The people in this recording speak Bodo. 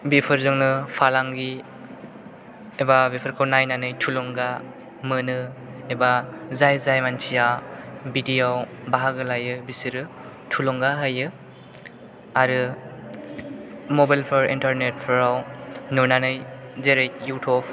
बेफोरजोंनो फालांगि एबा बेफोरखौ नायनानै थुलुंगा मोनो एबा जाय जाय मानसिया बिदियाव बाहागो लायो बिसोरो थुलुंगा होयो आरो मबाइलफोर इन्टारनेटफोराव नुनानै जेरै युटुब